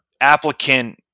applicant